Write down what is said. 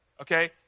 okay